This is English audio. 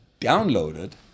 downloaded